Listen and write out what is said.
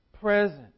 present